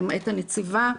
למעט הנציבה,